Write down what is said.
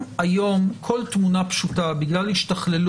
אנחנו בדיון